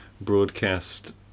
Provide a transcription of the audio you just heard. broadcast